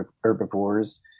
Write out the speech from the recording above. herbivores